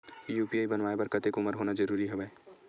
UPI बनवाय बर कतेक उमर होना जरूरी हवय?